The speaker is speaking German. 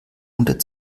unter